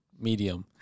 Medium